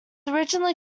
originally